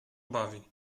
bawi